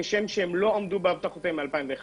כשם שהם לא עמדו בהבטחות ב-2011,